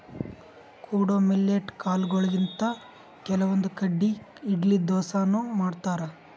ಕೊಡೊ ಮಿಲ್ಲೆಟ್ ಕಾಲ್ಗೊಳಿಂತ್ ಕೆಲವಂದ್ ಕಡಿ ಇಡ್ಲಿ ದೋಸಾನು ಮಾಡ್ತಾರ್